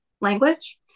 language